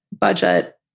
budget